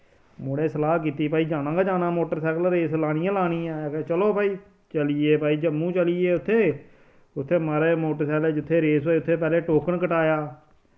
मुढ़ें सलाह् कीती भाई जाना गै जाना मोटरसैकल रेस लानी गै लानी ऐ ते चलो भाई चलियै भाई जम्मू चलियै उत्थै उत्थै माराज मोटरसैकल जित्थै रेस होए उत्थै पैह्ले टोकन कटाया